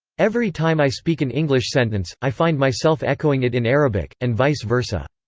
every time i speak an english sentence, i find myself echoing it in arabic, and vice versa.